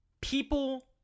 people